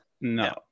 no